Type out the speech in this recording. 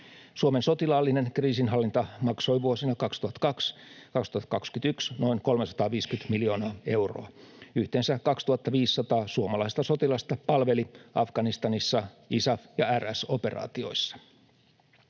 Suomen sotilaallinen kriisinhallinta maksoi vuosina 2002—2021 noin 350 miljoonaa euroa. Yhteensä 2 500 suomalaista sotilasta palveli Afganistanissa ISAF- ja RS-operaatioissa.